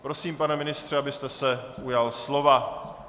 Prosím, pane ministře, abyste se ujal slova.